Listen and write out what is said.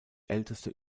älteste